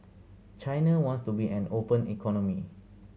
China wants to be an open economy